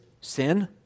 sin